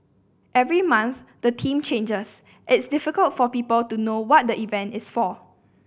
every month the theme changes it's difficult for people to know what the event is for